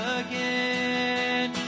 again